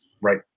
Right